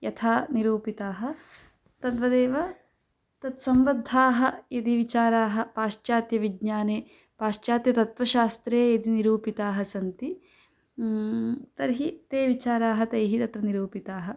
यथा निरूपिताः तद्वदेव तत्सम्बद्धाः यदि विचाराः पाश्चात्यविज्ञाने पाश्चात्यतत्त्वशास्त्रे यदि निरूपिताः सन्ति तर्हि ते विचाराः तैः तत्र निरूपिताः